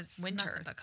Winter